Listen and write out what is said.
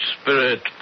Spirit